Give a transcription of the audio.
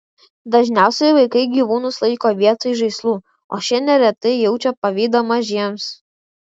dažniausiai vaikai gyvūnus laiko vietoj žaislų o šie neretai jaučia pavydą mažiesiems